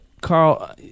Carl